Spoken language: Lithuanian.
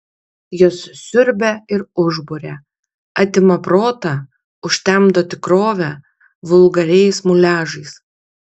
jos siurbia ir užburia atima protą užtemdo tikrovę vulgariais muliažais